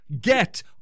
Get